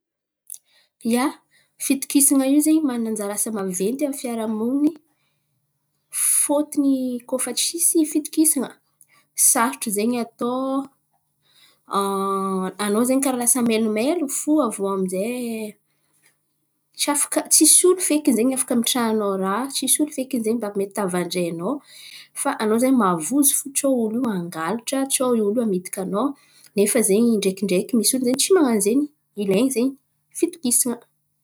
Ia, fitokisan̈a io zen̈y manana anjara asa maventy amin'ny fiaraha-moniny. Fôtony koa fa tsisy fitokisan̈a, sarotro zen̈y atao anao zen̈y karà lasa mailomailo fo. Aviô aminjay tsy afaka tsisy olo fekiny zen̈y afaka amitrahanao raha. Tsisy olo fekiny zen̈y mba mety tavandrainao fa anao zen̈y mavozo fo tsao i olo io hangalatra. Tsao i olo io hamitaka anao. Nefa zen̈y ndraikindraiky misy olo zen̈y tsy man̈ano zen̈y. Ilain̈y zen̈y fitokisan̈a.